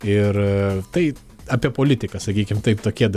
ir tai apie politiką sakykim taip tokie